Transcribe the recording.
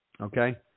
Okay